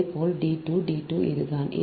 இதேபோல் d 2 d 2 இது தான்